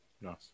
Nice